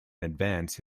advance